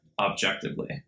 objectively